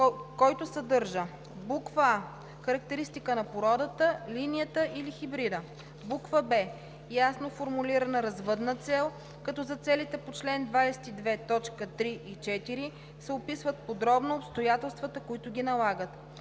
който съдържа: а) характеристика на породата, линията или хибрида; б) ясно формулирана развъдна цел, като за целите по чл. 22, т. 3 и 4 се описват подробно обстоятелствата, които ги налагат;